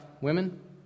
women